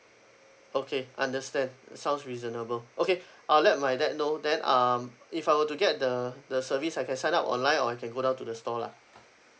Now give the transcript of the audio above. okay understand that sounds reasonable okay I'll let my dad know then um if I were to get the the service I can sign up online or I can go down to the store lah